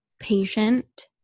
patient